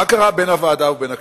מה קרה בין הוועדה לבין הכנסת: